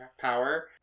power